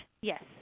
Yes